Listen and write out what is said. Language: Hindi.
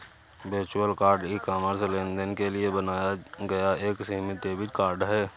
वर्चुअल कार्ड ई कॉमर्स लेनदेन के लिए बनाया गया एक सीमित डेबिट कार्ड है